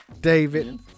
David